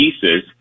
pieces